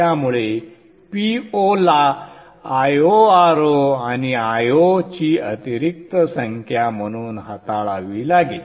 त्यामुळे Po ला IoRo आणि Io ची अतिरिक्त संख्या म्हणून हाताळावी लागेल